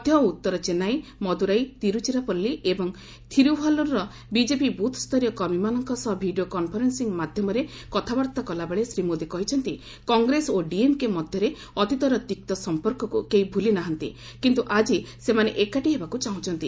ମଧ୍ୟ ଓ ଉତ୍ତର ଚେନ୍ନାଇ ମଦୁରାଇ ତିରୁଚିରାପଲ୍ଲୀ ଏବଂ ଥିରୁଭାଲୁର୍ ର ବିଜେପି ବୁଥସ୍ତରୀୟ କର୍ମୀମାନଙ୍କ ସହ ଭିଡିଓ କନଫରେନ୍ସିଂ ମାଧ୍ୟମରେ କଥାବାର୍ତ୍ତା କଲାବେଳେ ଶ୍ରୀ ମୋଦି କହିଛନ୍ତି କଂଗ୍ରେସ ଓ ଡିଏମ୍କେ ମଧ୍ୟରେ ଅତୀତର ତୀକ୍ତ ସମ୍ପର୍କକୁ କେହି ଭୁଲି ନାହାନ୍ତି କିନ୍ତୁ ଆଜି ସେମାନେ ଏକାଠି ହେବାକୁ ଚାହୁଁଛନ୍ତି